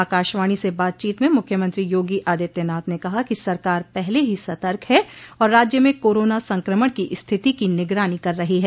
आकाशवाणी से बातचीत में मुख्यमंत्री योगी आदित्यनाथ ने कहा कि सरकार पहले ही सतर्क है और राज्य में कोरोना संक्रमण की स्थिति की निगरानी कर रही है